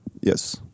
Yes